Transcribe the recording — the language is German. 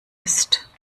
ist